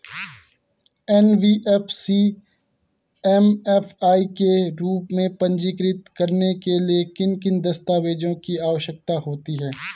NBFC MFI के रूप में पंजीकृत कराने के लिए किन किन दस्तावेज़ों की आवश्यकता होती है?